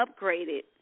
upgraded